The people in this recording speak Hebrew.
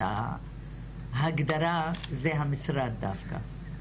את ההגדרה זה המשרד דווקא,